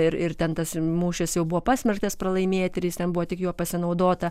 ir ir ten tas mūšis jau buvo pasmerktas pralaimėti ir jis ten buvo tik juo pasinaudota